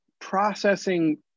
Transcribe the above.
processing